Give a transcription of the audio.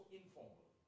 informal